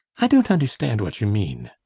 i don't understand what you mean!